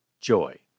joy